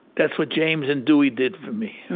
that's what james and dewey did for me.